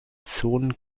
zonen